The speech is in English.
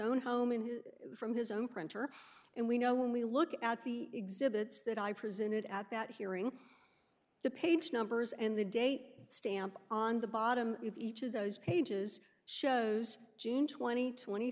own home in his from his own printer and we know when we look at the exhibits that i presented at that hearing the page numbers and the date stamp on the bottom of each of those pages shows june twenty twenty